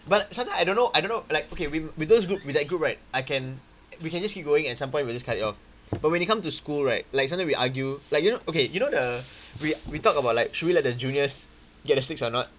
but sometime I don't know I don't know like okay w~ with those group with that group right I can we can just keep going and some point we'll just cut it off but when it come to school right like sometime we argue like you know okay you know the we we talk about like should we let the juniors get the stakes or not